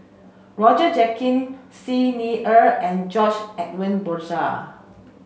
Roger Jenkins Xi Ni Er and George Edwin Bogaar